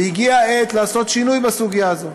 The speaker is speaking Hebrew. והגיע העת לעשות שינוי בסוגיה הזאת.